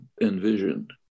envisioned